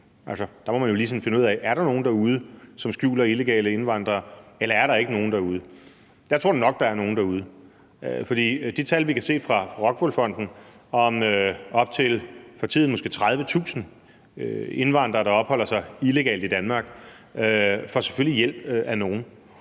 ligesom finde ud af: Er der nogen derude, som skjuler illegale indvandrere, eller er der ikke nogen derude? Jeg tror nu nok, der er nogen derude, for det tal, vi kan se fra ROCKWOOL Fonden, viser, at der for tiden er op til måske 30.000 indvandrere, der opholder sig illegalt i Danmark, og de får selvfølgelig hjælp af nogen.